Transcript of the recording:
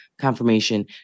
confirmation